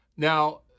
Now